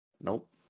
Nope